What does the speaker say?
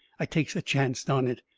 i takes a chancet on it.